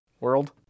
World